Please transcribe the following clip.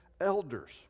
elders